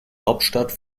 hauptstadt